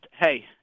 hey